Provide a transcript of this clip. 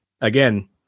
again